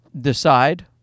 decide